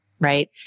Right